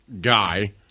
guy